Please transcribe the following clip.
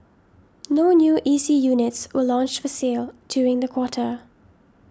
no new E C units were launched for sale during the quarter